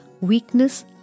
weakness